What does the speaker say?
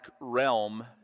realm